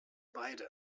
beide